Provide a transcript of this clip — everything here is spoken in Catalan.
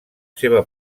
seva